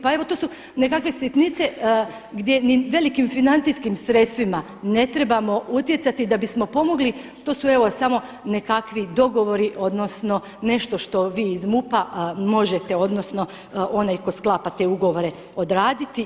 Pa evo to su nekakve sitnice gdje ni velikim financijskim sredstvima ne trebamo utjecati da bismo pomogli, to su evo samo nekakvi dogovori odnosno nešto što vi iz MUP-a možete, odnosno onaj tko sklapa te ugovore odraditi.